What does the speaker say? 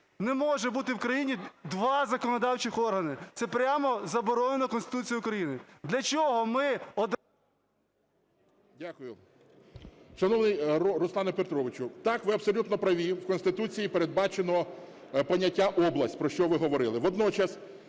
Не може бути в країні два законодавчих органи. Це прямо заборонено Конституцією України. Для чого ми… 13:20:14 СТЕФАНЧУК Р.О. Дякую. Шановний Руслане Петровичу, Так, ви абсолютно праві, в Конституції передбачено поняття "область", про що ви говорили. Водночас,